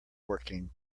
working